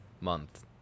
Month